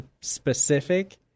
specific